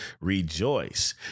Rejoice